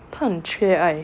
他很缺爱